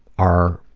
are,